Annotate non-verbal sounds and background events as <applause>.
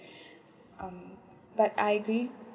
<breath> um but I agree